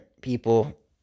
people